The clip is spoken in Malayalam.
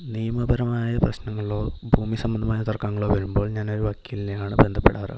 നിയമപരമായ പ്രശ്നങ്ങളോ ഭൂമി സംബന്ധമായ തർക്കങ്ങളോ വരുമ്പോൾ ഞാൻ ഒരു വക്കീലിനെ ആണ് ബന്ധപ്പെടാറ്